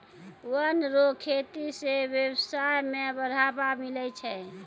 वन रो खेती से व्यबसाय में बढ़ावा मिलै छै